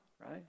right